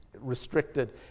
restricted